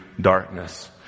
darkness